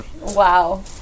Wow